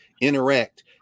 interact